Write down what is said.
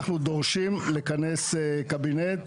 אנחנו דורשים לכנס קבינט.